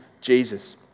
Jesus